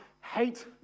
hate